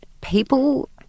people